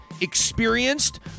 experienced